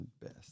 best